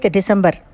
December